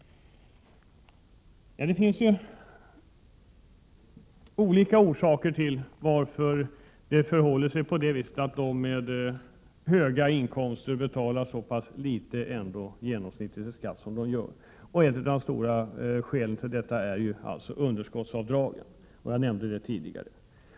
Det finns olika orsaker till att personer med höga inkomster ändå betalar så litet genomsnittligt i skatt som de gör. Ett av skälen till detta är underskottsavdragen som jag nämnde tidigare.